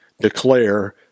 declare